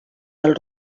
del